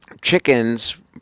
chickens